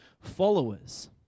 followers